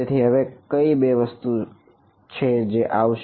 તેથી હવે કઈ બે વસ્તુ છે જે આવશે